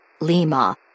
Lima